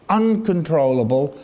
uncontrollable